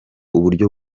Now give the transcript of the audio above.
uburyo